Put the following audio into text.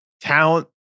talent